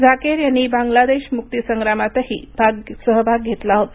झाकीर यांनी बांगलादेश मुक्ती संग्रामातही सहभाग घेतला होता